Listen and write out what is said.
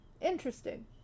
interesting